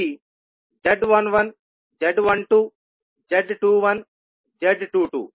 అవి z11z12z21z22